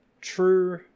True